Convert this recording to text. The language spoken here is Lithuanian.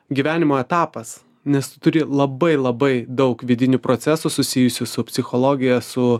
gyvenimo etapas nestu turi labai labai daug vidinių procesų susijusių su psichologija su